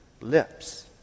lips